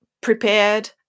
prepared